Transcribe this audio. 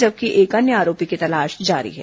जबकि एक अन्य आरोपी की तलाश जारी है